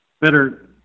better